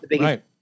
right